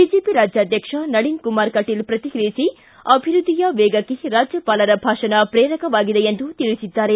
BJP ರಾಜ್ಕಾಧ್ಯಕ್ಷ Nalin Kumar Kateel ಪ್ರಕ್ರಿಯಿಸಿ ಅಭಿವೃದ್ಧಿಯ ವೇಗಕ್ಕೆ ರಾಜ್ಯಪಾಲರ ಭಾಷಣ ಪ್ರೇರಕವಾಗಿದೆ ಎಂದು ತಿಳಿಸಿದ್ದಾರೆ